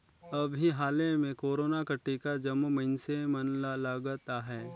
अभीं हाले में कोरोना कर टीका जम्मो मइनसे मन ल लगत अहे